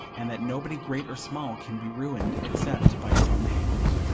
and that nobody great or small can be ruined except by his own hand.